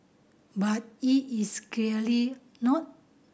but it is clearly not